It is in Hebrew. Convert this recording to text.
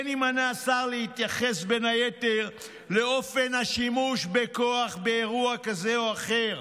כן יימנע השר להתייחס בין היתר "לאופן השימוש בכוח באירוע כזה או אחר,